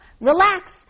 relax